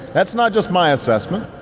that's not just my assessment.